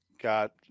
Got